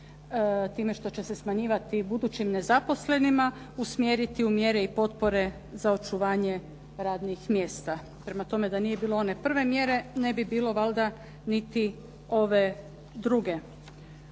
time što će se smanjivati budućim nezaposlenima usmjeriti u mjere i potpore za očuvanje radnih mjesta. Prema tome, da nije bilo one prve mjere ne bi bilo valjda niti ove druge.